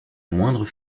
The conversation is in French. moindre